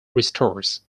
restores